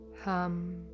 Hum